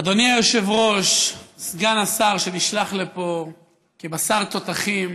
אדוני היושב-ראש, סגן השר, שנשלח לפה כבשר תותחים